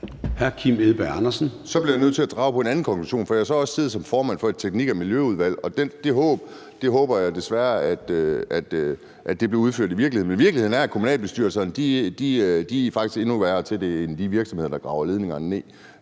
Så bliver jeg nødt at drage en anden konklusion, for jeg har så også siddet som formand for et teknik- og miljøudvalg, og det håb tror jeg desværre ikke bliver til virkelighed. Virkeligheden er, at kommunalbestyrelserne faktisk er endnu værre til det end de virksomheder, der graver ledningerne ned.